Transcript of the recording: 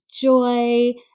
joy